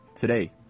Today